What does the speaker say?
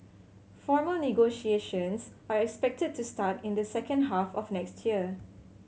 formal negotiations are expected to start in the second half of next year